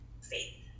faith